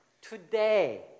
Today